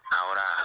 ahora